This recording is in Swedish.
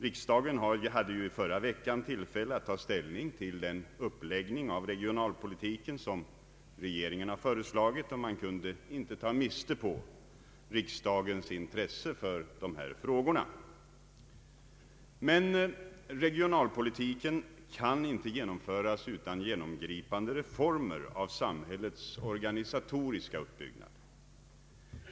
Riksdagen hade ju förra veckan tillfälle att ta ställning till den uppläggning av regionalpolitiken som regeringen föreslagit, och man kunde inte ta miste på riksdagens intresse för dessa frågor. Men regionalpolitiken kan inte genomföras utan genomgripande reformer av samhällets organisatoriska uppbyggnad.